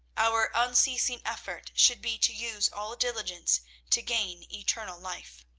our unceasing effort should be to use all diligence to gain eternal life.